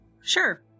Sure